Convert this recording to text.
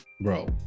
bro